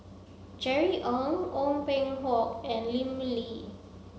Jerry Ng Ong Peng Hock and Lim Lee